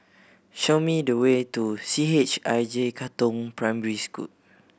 show me the way to C H I J Katong Primary School